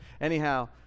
Anyhow